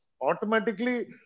Automatically